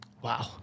Wow